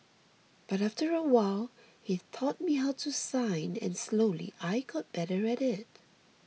but after a while he taught me how to sign and slowly I got better at it